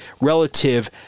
relative